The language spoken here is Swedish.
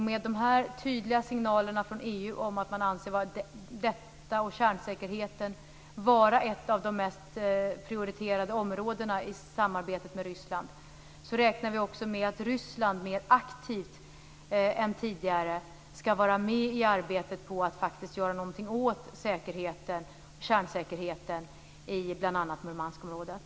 Med de här tydliga signalerna från EU, att man anser detta och kärnsäkerheten vara ett av de mest prioriterade områdena i samarbetet med Ryssland, räknar vi också med att Ryssland mer aktivt än tidigare skall vara med i arbetet på att faktiskt göra något åt kärnsäkerheten i bl.a. Murmanskområdet.